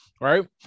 Right